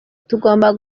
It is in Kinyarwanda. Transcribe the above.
tugomba